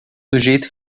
jeito